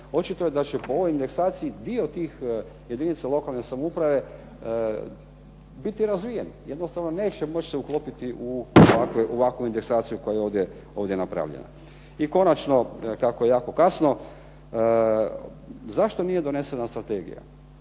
očito je da će po ovoj indeksaciji dio tih jedinica lokalne samouprave biti razvijen, jednostavno neće moći se uklopiti u ovakvu indeksaciju koja je ovdje napravljena. I konačno tako jako kasno. Zašto nije donesena strategija?